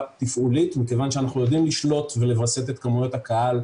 תפעולית מכיוון שאנחנו יודעים לשלוט ולווסת את כמויות הקהל,